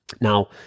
Now